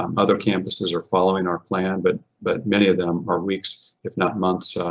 um other campuses are following our plan but but many of them are weeks, if not months,